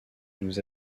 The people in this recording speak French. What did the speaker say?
nous